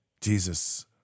Jesus